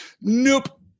Nope